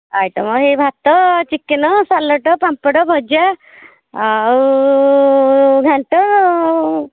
item ହେଇ ଭାତ chicken salad ପାମ୍ପଡ଼ ଭଜା ଆଉ ଘାଣ୍ଟ